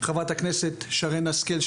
חברת הכנסת שרן השכל,